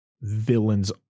villains